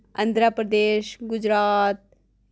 Andhra Pradesh Gujarat